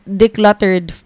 decluttered